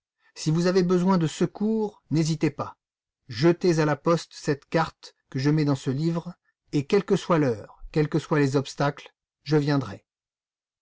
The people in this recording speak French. si vous avez besoin de secours n'hésitez pas jetez à la poste cette carte que je mets dans ce livre et quelle que soit l'heure quels que soient les obstacles je viendrai